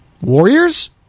Warriors